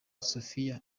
sophia